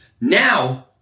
Now